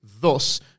thus